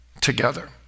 together